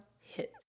hit